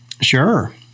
Sure